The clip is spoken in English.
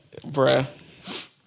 bruh